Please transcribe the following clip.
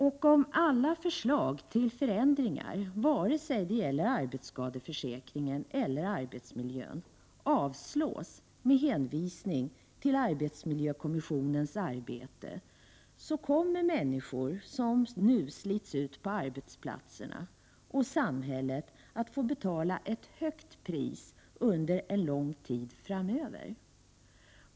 Om alla förslag till förändringar, vare sig det gäller arbetsskadeförsäkringen eller arbetsmiljön, avslås med hänvisning till arbetsmiljökommissionens arbete kommer människor, som nu slits ut på arbetsplatserna, och samhället att få betala ett högt pris under en lång tid framöver.